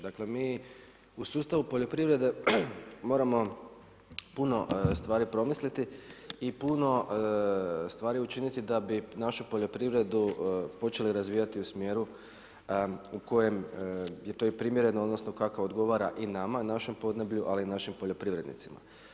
Dakle, mi u sustavu poljoprivrede moramo puno stvari promisliti i puno stvari učiniti da bi našu poljoprivredu počeli razvijati u smjeru u kojem je to i primjereno, odnosno kako odgovara i nama, našem podneblju ali i našim poljoprivrednicima.